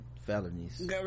felonies